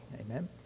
amen